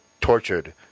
tortured